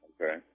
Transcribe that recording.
Okay